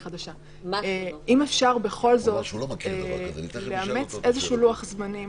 אם אפשר בכל זאת לאמץ איזשהו לוח זמנים